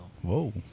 Whoa